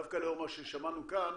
דווקא לאור מה ששמענו כאן,